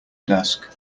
desk